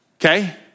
Okay